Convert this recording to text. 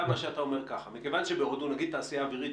נגיד תעשייה אווירית,